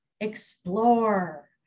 explore